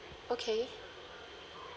okay